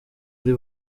ari